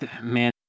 man